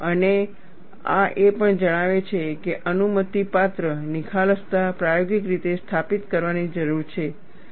અને આ એ પણ જણાવે છે કે અનુમતિપાત્ર નિખાલસતા પ્રાયોગિક રીતે સ્થાપિત કરવાની જરૂર છે